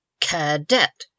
Cadet